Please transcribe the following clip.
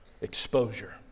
exposure